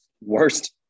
worst